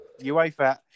UEFA